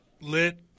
Lit